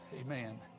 Amen